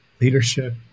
leadership